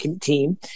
team